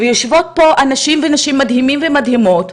יושבות פה אנשים ונשים מדהימים ומדהימות,